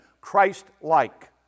Christ-like